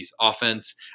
offense